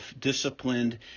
disciplined